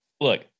Look